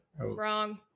Wrong